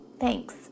thanks